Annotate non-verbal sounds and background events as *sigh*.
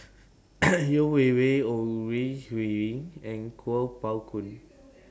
*noise* Yeo Wei Wei Ore Huiying and Kuo Pao Kun *noise*